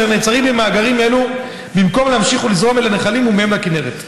אשר נעצרים במאגרים אלו במקום להמשיך ולזרום אל הנחלים ומהם לכינרת.